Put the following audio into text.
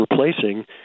replacing